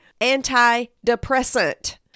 antidepressant